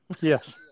Yes